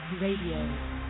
Radio